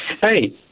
Hey